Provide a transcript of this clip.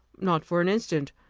not for an instant.